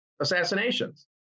assassinations